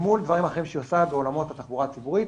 אל מול דברים אחרים שהיא עושה בעולמות התחבורה הציבורית,